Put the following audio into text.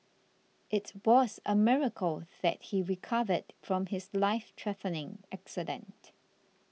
it was a miracle that he recovered from his lifethreatening accident